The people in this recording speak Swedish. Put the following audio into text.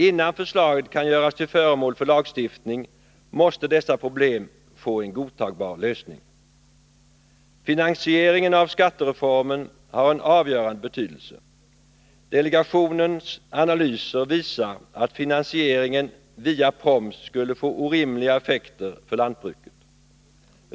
Innan förslaget kan göras till föremål för lagstiftning måste dessa problem få en godtagbar lösning. Finansieringen av skattereformen har en avgörande betydelse. Delegationens analyser visar att finansiering via proms skulle få orimliga effekter för lantbruket.